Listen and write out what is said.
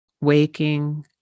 waking